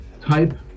type